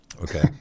Okay